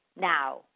now